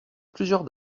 plusieurs